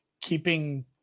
keeping